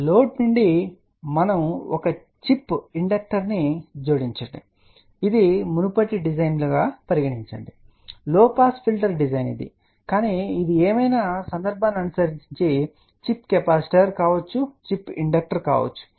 కాబట్టి లోడ్ నుండి మనం ఒక చిప్ ఇండక్టర్ ను జోడించండి ఇది మునుపటి డిజైన్ అని పరిగణించండి ఇది లోపాస్ ఫిల్టర్ డిజైన్ కానీ ఇది ఏమైనా సందర్భాన్ని అనుసరించి చిప్ కెపాసిటర్ కావచ్చు చిప్ ఇండక్టర్ కావచ్చు